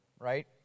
right